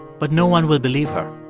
but no one will believe her.